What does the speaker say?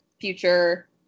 future